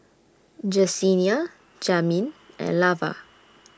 Jesenia Jamin and Lavar